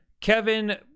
Kevin